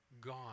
God